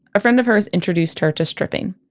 a friend of her introduced her to stripping.